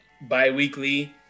bi-weekly